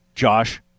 Josh